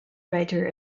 writer